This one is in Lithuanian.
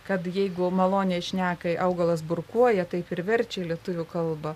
kad jeigu maloniai šneka augalas burkuoja taip ir verčia į lietuvių kalbą